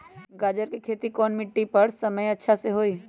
गाजर के खेती कौन मिट्टी पर समय अच्छा से होई?